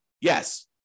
Yes